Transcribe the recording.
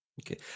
Okay